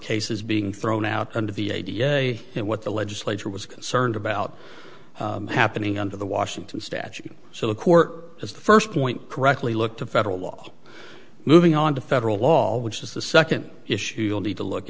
cases being thrown out under the a d f a and what the legislature was concerned about happening under the washington statute so the court is the first point correctly look to federal law moving on to federal law which is the second issue will be to look